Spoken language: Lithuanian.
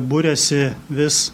buriasi vis